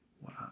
Wow